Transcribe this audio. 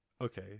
Okay